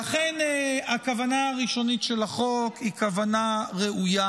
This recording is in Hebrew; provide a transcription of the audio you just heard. ואכן, הכוונה הראשונית של החוק היא כוונה ראויה,